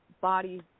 body